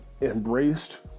embraced